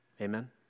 Amen